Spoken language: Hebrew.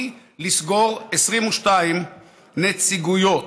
היא לסגור 22 נציגויות.